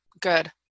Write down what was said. good